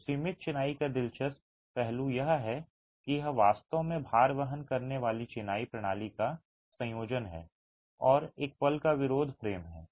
तो सीमित चिनाई का दिलचस्प पहलू यह है कि यह वास्तव में भार वहन करने वाली चिनाई प्रणाली का संयोजन है और एक पल का विरोध फ्रेम है